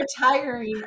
retiring